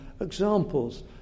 examples